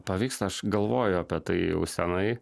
pavyksta aš galvojo apie tai jau senai